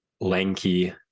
lanky